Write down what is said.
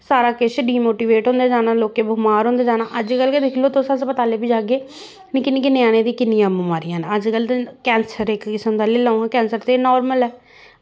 सारा किश डिमोटिवेट होंदा जाना लोकें बमार होंदे जाना अज्जकल गै दिक्खी लो तुस हस्पतालें बी जागे निक्के निक्के ञ्यानें गी किन्नियां बमारियां न अज्जकल ते कैंसर इक किस्म दा लेई लैओ हां कैंसर ते नार्मल ऐ